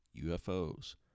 UFOs